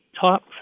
top